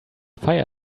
fire